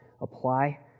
apply